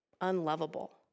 unlovable